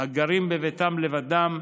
הגרים בביתם לבדם,